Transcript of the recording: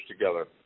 together